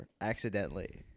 Accidentally